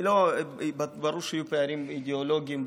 ברור שיהיו פערים אידיאולוגיים,